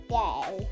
day